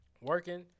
working